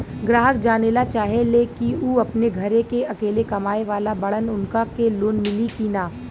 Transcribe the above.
ग्राहक जानेला चाहे ले की ऊ अपने घरे के अकेले कमाये वाला बड़न उनका के लोन मिली कि न?